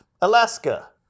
Alaska